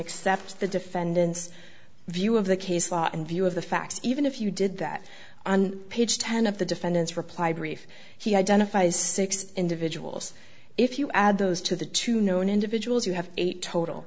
accept the defendant's view of the case law and view of the facts even if you did that on page ten of the defendant's reply brief he identifies six individuals if you add those to the two known individuals who have a total